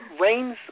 rains